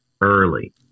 early